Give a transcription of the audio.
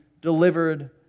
delivered